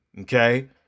Okay